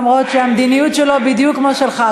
למרות שהמדיניות שלו בדיוק כמו שלך,